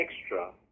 extra